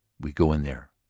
we go in there.